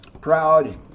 proud